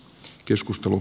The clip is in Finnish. keskustelu